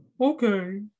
okay